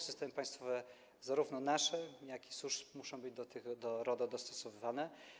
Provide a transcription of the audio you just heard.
Systemy państwowe zarówno nasze, jak i służb muszą być do RODO dostosowywane.